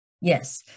Yes